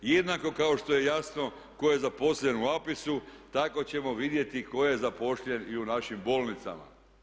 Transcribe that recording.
I jednako kao što je jasno tko je zaposlen u APIS-u, tako ćemo vidjeti tko je zaposlen i u našim bolnicama.